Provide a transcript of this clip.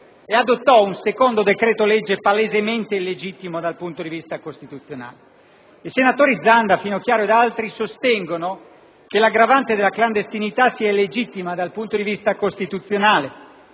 adottando un secondo decreto-legge palesemente illegittimo dal punto di vista costituzionale. I senatori Zanda, Finocchiaro ed altri sostengono che l'aggravante della clandestinità sia illegittima dal punto di vista costituzionale